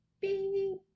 Beep